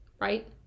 right